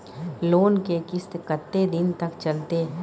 Loan के किस्त कत्ते दिन तक चलते?